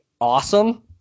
awesome